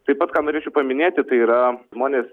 taip pat ką norėčiau paminėti tai yra žmonės